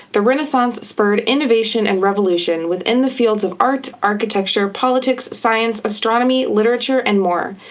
the renaissance spurred innovation and revolution within the fields of art, architecture, politics, science, astronomy, literature, and more.